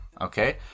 okay